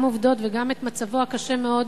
גם עובדות וגם את מצבו הקשה מאוד